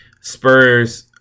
Spurs